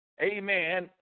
amen